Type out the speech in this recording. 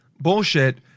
bullshit